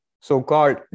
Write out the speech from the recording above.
so-called